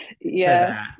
Yes